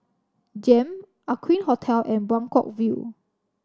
JEM Aqueen Hotel and Buangkok View